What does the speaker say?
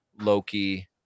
Loki